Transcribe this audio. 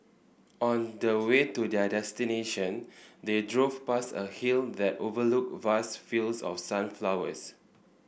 on the way to their destination they drove past a hill that overlooked vast fields of sunflowers